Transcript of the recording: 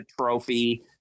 trophy